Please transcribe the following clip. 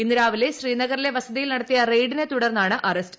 ഇന്നു രാവിലെ ശ്രീനഗറിലെ വസതിയിൽ നടത്തിയ റെയ്ഡിനെ തുടർന്നാണ് അറസ്റ്റ്